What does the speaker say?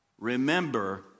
remember